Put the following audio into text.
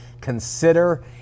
consider